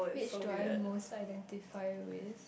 which do I most identify with